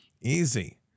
Easy